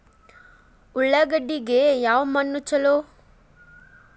ಉಳ್ಳಾಗಡ್ಡಿಗೆ ಯಾವ ಮಣ್ಣು ಛಲೋ?